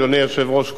אדוני היושב-ראש,